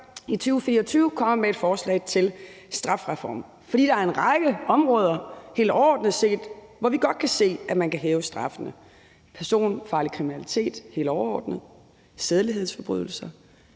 i 2024 kom med et forslag til en strafreform, for der er en række områder helt overordnet set, hvor vi godt kan se, at man kan hæve straffene: personfarlig kriminalitet helt overordnet, sædelighedsforbrydelser,